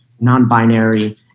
non-binary